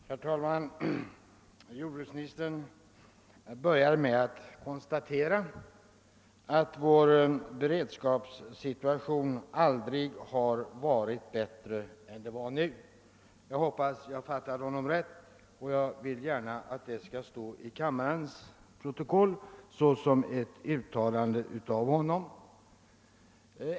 Herr talman! Jordbruksministern började med att konstatera att vår beredskapssituation i fråga om livsmedelsförsörjningen aldrig har varit bättre än nu. Jag hoppas att jag fattade honom rätt, och jag vill gärna att detta skall stå i kammarens protokoll som ett uttalande av jordbruksministern.